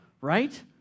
right